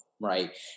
right